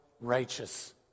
righteous